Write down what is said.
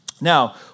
Now